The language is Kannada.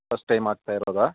ಫಸ್ಟ್ ಟೈಮ್ ಆಗ್ತಾ ಇರೋದಾ